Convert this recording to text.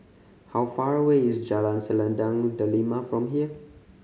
how far away is Jalan Selendang Delima from here